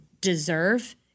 deserve